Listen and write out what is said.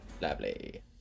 Lovely